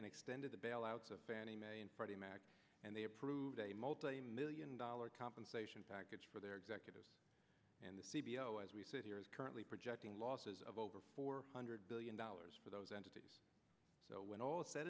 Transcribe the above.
and extended the bailouts of fannie mae and freddie mac and they approved a multimillion dollar compensation package for their executives and the c b l as we said here is currently projecting losses of over four hundred billion dollars for those entities so when all is said